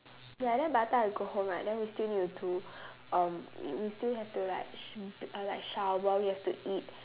ya then by the time I go home right then we still need to do um we we still have to like sh~ b~ uh like shower we have to eat